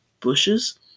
bushes